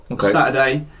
Saturday